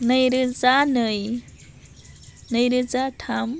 नैरोजा नै नैरोजा थाम